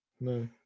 No